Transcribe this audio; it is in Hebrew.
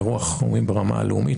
אירוע חירום ברמה הלאומית,